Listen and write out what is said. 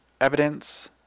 evidence